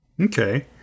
Okay